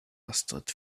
astrid